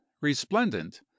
resplendent